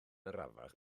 arafach